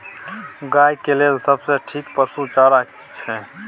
गाय के लेल सबसे ठीक पसु चारा की छै?